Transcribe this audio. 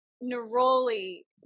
neroli